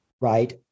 right